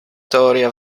teoria